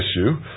issue